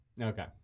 Okay